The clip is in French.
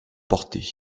porté